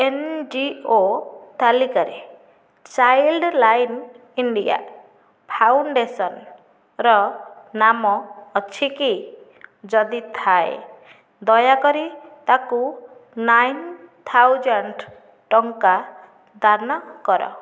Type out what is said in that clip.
N G O ତାଲିକାରେ child line India ଫାଉଣ୍ଡେସନ୍ର ନାମ ଅଛି କି ଯଦି ଥାଏ ଦୟାକରି ତାକୁ ନାଇନ୍ ଥାଉଜେଣ୍ଡ ଟଙ୍କା ଦାନ କର